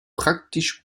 praktisch